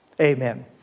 Amen